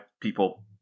People